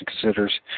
considers